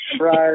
Right